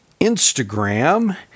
Instagram